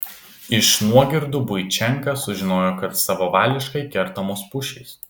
iš nuogirdų buičenka sužinojo kad savavališkai kertamos pušys